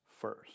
first